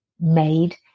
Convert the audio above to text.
made